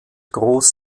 groß